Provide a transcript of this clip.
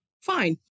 Fine